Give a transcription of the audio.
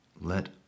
Let